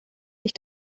sich